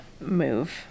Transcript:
move